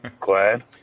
Glad